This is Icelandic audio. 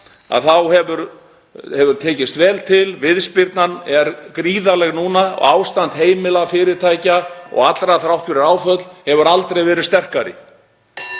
þá hefur tekist vel til. Viðspyrnan er gríðarleg núna og ástand heimila, fyrirtækja og allra þrátt fyrir áföll hefur aldrei verið sterkara.